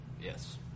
Yes